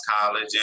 College